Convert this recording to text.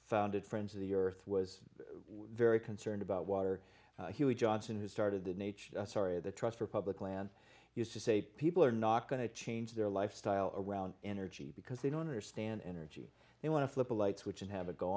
founded friends of the earth was very concerned about water johnson who started the nature sorry the trust for public land use to say people are not going to change their lifestyle around energy because they don't understand energy they want to flip a light switch and have it go